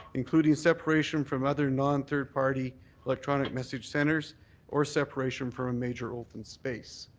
including separation from other nonthird party electronic message centres or separation for a major open space.